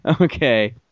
Okay